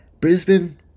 Brisbane